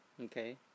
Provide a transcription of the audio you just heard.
okay